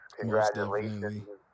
Congratulations